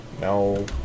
No